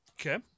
okay